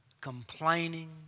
complaining